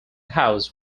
house